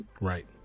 Right